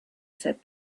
said